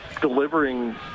delivering